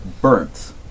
burnt